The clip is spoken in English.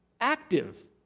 active